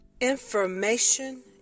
Information